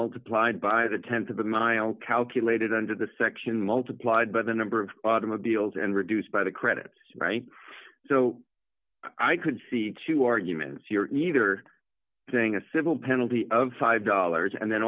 multiplied by the th of a mile calculated under the section multiplied by the number of automobiles and reduced by the credit so i could see two arguments here either saying a civil penalty of five dollars and then